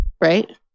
right